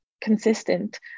consistent